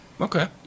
Okay